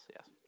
Yes